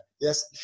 yes